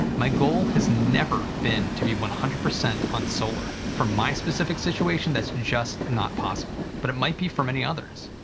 my goal has never been to be one hundred percent on solar. for my specific situation that's not possible, but it might be for many others.